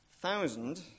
thousand